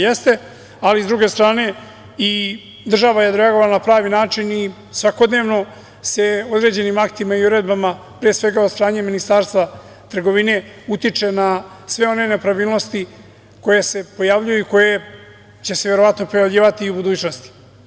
Jeste, ali s druge strane i država je odreagovala na pravi način i svakodnevno se određenim aktima i uredbama, pre svega od strane Ministarstva trgovine utiče na sve one nepravilnosti koje se pojavljuju i koje će se verovatno pojavljivati i u budućnosti.